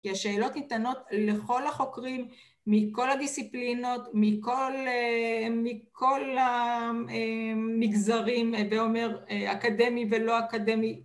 כי השאלות ניתנות לכל החוקרים, מכל דיסציפלינות, מכל המגזרים, הווה אומר, אקדמי ולא אקדמי.